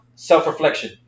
self-reflection